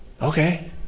Okay